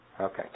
Okay